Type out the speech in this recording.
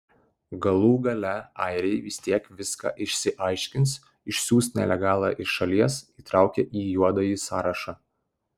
galų gale airiai vis tiek viską išsiaiškins išsiųs nelegalą iš šalies įtraukę į juodąjį sąrašą